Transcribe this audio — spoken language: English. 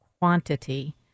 quantity